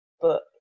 book